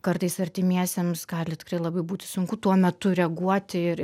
kartais artimiesiems gali tikrai labai būti sunku tuo metu reaguoti ir